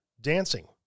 dancing